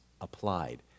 applied